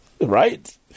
right